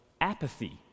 apathy